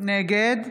נגד